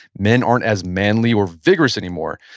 men aren't as manly or vigorous anymore.